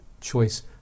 choice